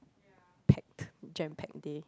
packed jam packed day